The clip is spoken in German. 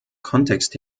kontext